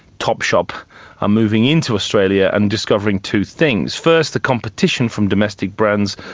top shop are moving into australia and discovering two things. first, the competition from domestic brands,